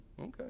okay